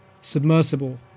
submersible